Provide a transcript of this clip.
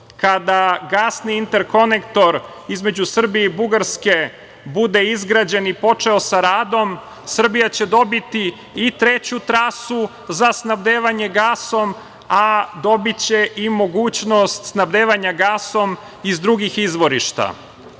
gasni interkonektor između Srbije i Bugarske bude izgrađen i počeo sa radom Srbija će dobiti i treću trasu za snabdevanje gasom, a dobiće i mogućnost snabdevanja gasom iz drugih izvorišta,